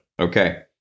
Okay